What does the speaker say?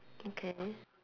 okay